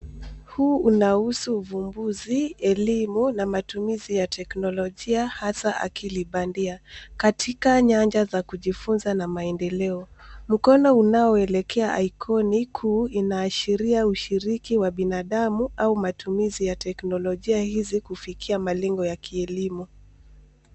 Huu unahusu uvumbuzi, elimu na matumizi ya teknologia hasa akili bandia. Katika nyanja za kujifunza na maendeleo. Mkono unaoelekea ikoni kuu inaashiria ushiriki wa binadamu au matumizi ya teknolojia hizi kufikia malengo ya kielimu.